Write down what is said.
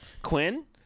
Quinn